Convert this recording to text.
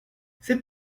c’est